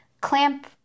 clamp